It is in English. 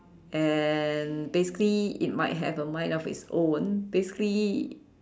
and basically it might have a mind of its own basically